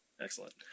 Excellent